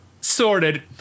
sorted